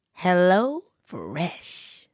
HelloFresh